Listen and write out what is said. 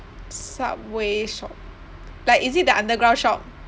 subway shop like is it the undeground shop